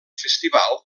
festival